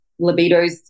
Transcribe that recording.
libidos